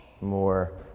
more